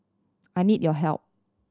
I need your help